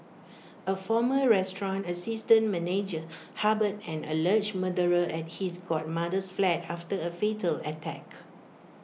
A former restaurant assistant manager harboured an alleged murderer at his godmother's flat after A fatal attack